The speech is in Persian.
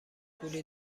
پولی